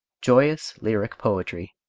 joyous, lyric poetry.